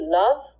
love